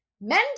men